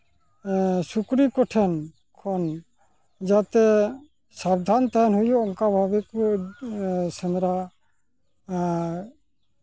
ᱥᱩᱠᱨᱤ ᱠᱚᱴᱷᱮᱱ ᱠᱷᱚᱱ ᱡᱟᱛᱮ ᱥᱟᱵᱫᱷᱟᱱ ᱛᱟᱦᱮᱱ ᱦᱩᱭᱩᱜ ᱚᱱᱠᱟ ᱵᱷᱟᱵᱮ ᱛᱮ ᱥᱮᱸᱫᱽᱨᱟ